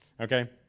okay